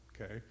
Okay